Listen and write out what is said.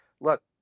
look